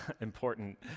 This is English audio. Important